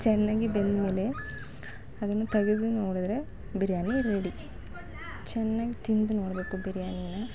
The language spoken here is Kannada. ಚೆನ್ನಾಗಿ ಬೆಂದಮೇಲೆ ಅದನ್ನು ತೆಗೆದು ನೋಡಿದ್ರೆ ಬಿರಿಯಾನಿ ರೆಡಿ ಚೆನ್ನಾಗಿ ತಿಂದು ನೋಡಬೇಕು ಬಿರ್ಯಾನಿಯ